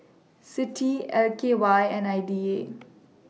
CITI L K Y and I D A